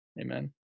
Amen